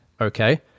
Okay